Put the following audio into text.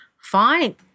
fine